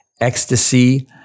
ecstasy